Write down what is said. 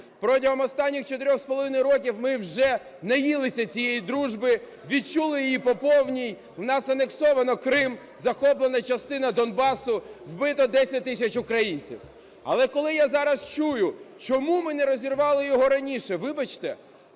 чотирьох з половиною років ми вже "наїлися" цієї дружби, відчули її по повній: в нас анексовано Крим, захоплено частину Донбасу, вбито 10 тисяч українців. Але коли я зараз чую, чому ми не розірвали його раніше – вибачте!